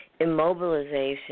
immobilization